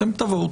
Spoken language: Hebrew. אתם תבואו,